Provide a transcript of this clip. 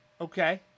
Okay